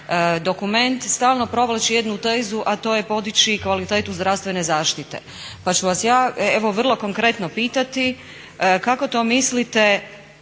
Dokument stalno provlači jednu tezu a to je podići kvalitetu zdravstvene zaštite. Pa ću vas ja evo vrlo konkretno pitati kako to mislite